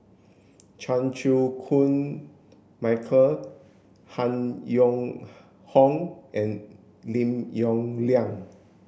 Chan Chew Koon Michael Han Yong Hong and Lim Yong Liang